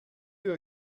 you